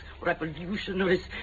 revolutionaries